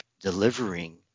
delivering